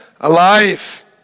alive